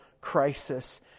crisis